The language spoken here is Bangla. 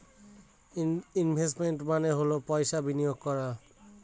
ইনভেস্টমেন্ট মানে হল পয়সা বিনিয়োগ করা